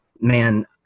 man